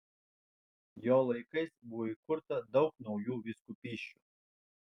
jo laikais buvo įkurta daug naujų vyskupysčių